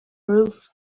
roof